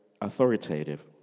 authoritative